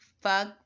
Fuck